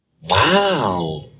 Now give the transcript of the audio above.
Wow